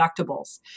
deductibles